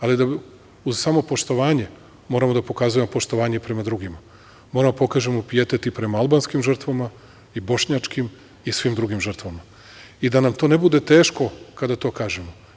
Ali, uz samopoštovanje, moramo da pokazujemo poštovanje i prema drugima, moramo da pokažemo pijetet i prema albanskim žrtvama i bošnjačkim i svim drugim žrtvama i da nam to ne bude teško kada to kažemo.